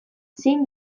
zein